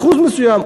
אחוז מסוים.